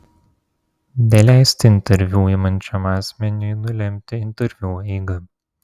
neleisti interviu imančiam asmeniui nulemti interviu eigą